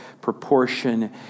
proportion